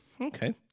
Okay